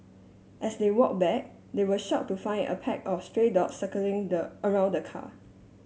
as they walk back they were shock to find a pack of stray dog circling the around the car